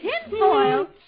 Tinfoil